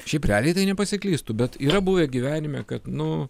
šiaip realiai tai nepasiklystu bet yra buvę gyvenime kad nu